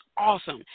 awesome